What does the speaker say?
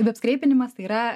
veb skreipimas tai yra